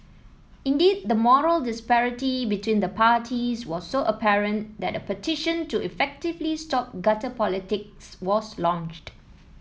indeed the moral disparity between the parties was so apparent that a petition to effectively stop gutter politics was launched